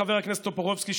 חבר הכנסת טופורובסקי,